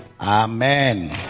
Amen